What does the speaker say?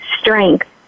strength